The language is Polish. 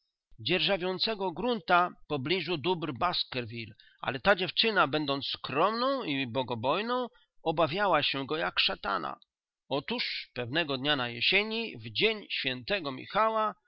grunta w pobliżu dóbr baskerville ale dziewczyna będąc skromną i bogobojną obawiała się go jak szatana otóż pewnego na jesieni w dzień świętego michała